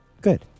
Good